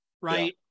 right